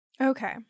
Okay